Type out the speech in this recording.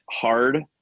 hard